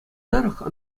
тӑрӑх